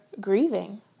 grieving